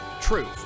truth